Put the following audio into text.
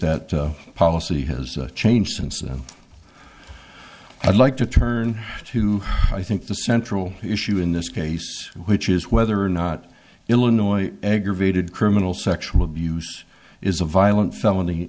that policy has changed since i'd like to turn to i think the central issue in this case which is whether or not illinois aggravated criminal sexual abuse is a violent felony